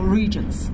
regions